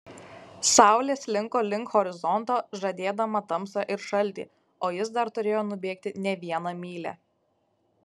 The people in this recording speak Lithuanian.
saulė slinko link horizonto žadėdama tamsą ir šaltį o jis dar turėjo nubėgti ne vieną mylią